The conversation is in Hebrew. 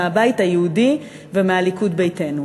מהבית היהודי ומהליכוד ביתנו.